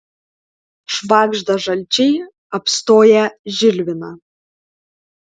švagžda žalčiai apstoję žilviną